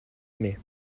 aimé